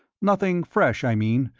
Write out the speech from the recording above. nothing fresh, i mean,